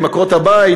עקרות-הבית?